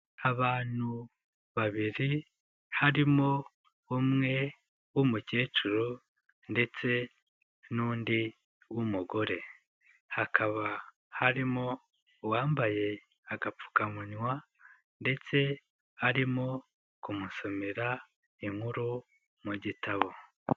Abantu babiri, harimo umwe w'umukecuru, ndetse n'undi wumugore. Hakaba harimo uwambaye agapfukamunwa, ndetse arimo kumusomera, inkuru mu gitabo.